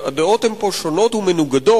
והדעות פה הן שונות ומנוגדות,